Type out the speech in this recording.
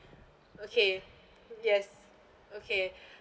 okay yes okay